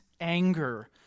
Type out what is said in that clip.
anger